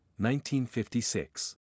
1956